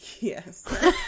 Yes